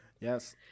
Yes